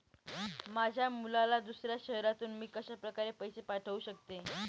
माझ्या मुलाला दुसऱ्या शहरातून मी कशाप्रकारे पैसे पाठवू शकते?